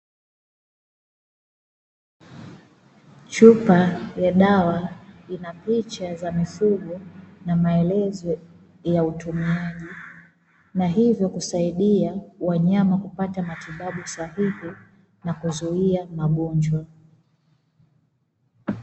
Chupa ya dawa ina picha za mifugo na maelezo ya utumiaji, na hivyo kusaidia wanyama kupata matibabu sahihi na kuzuia magonjwa.